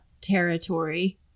territory